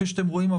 כפי שאתם רואים,